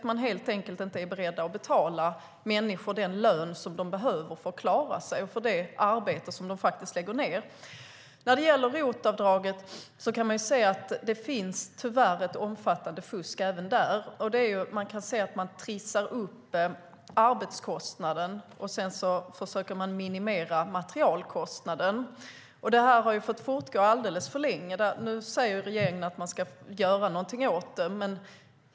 Man är helt enkelt inte beredd att betala människor den lön som de behöver för att klara sig och för det arbete de lägger ned. När det gäller ROT-avdraget finns det tyvärr ett omfattande fusk även där. Vi kan se att man trissar upp arbetskostnaden. Sedan försöker man minimera materialkostnaden. Det har fått fortgå alldeles för länge. Nu säger regeringen att den ska göra någonting åt det.